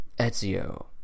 Ezio